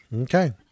Okay